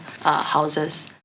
houses